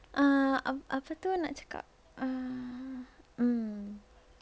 uh apa apa itu nak cakap mm